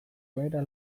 ohera